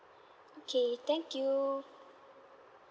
okay thank you